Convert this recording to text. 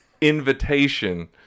invitation